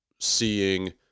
seeing